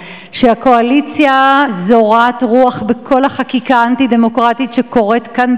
שהקואליציה זורעת רוח בכל החקיקה האנטי-דמוקרטית שקורית כאן,